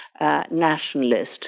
nationalist